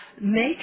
Make